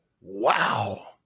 wow